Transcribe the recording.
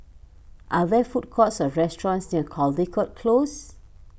are there food courts or restaurants near Caldecott Close